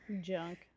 Junk